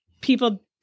people